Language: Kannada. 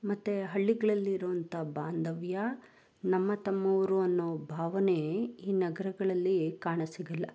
ಮತ್ತೆ ಹಳ್ಳಿಗ್ಳಲ್ಲಿ ಇರುವಂಥ ಬಾಂಧವ್ಯ ನಮ್ಮ ತಮ್ಮವರು ಅನ್ನೋ ಭಾವನೆ ಈ ನಗರಗಳಲ್ಲಿ ಕಾಣ ಸಿಗೊಲ್ಲ